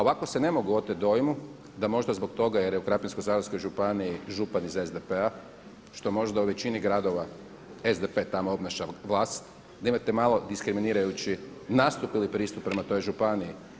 Ovako se ne mogu otet dojmu da možda zbog toga jer je u Krapinsko-zagorskoj županiji župan iz SDP-a što možda u većini gradova SDP tamo obnaša vlast, da imate malo diskriminirajući nastup ili pristup prema toj županiji.